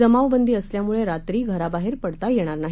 जमावबंदी असल्यामुळे रात्री घराबाहेर पडता येणार नाही